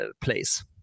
place